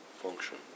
function